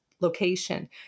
location